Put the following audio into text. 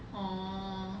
orh